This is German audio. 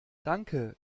danke